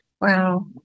Wow